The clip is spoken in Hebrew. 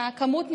הכמות נגמרה,